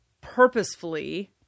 purposefully